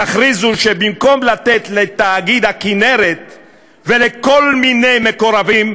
תכריזו שבמקום לתת לתאגיד הכינרת ולכל מיני מקורבים,